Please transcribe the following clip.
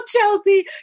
Chelsea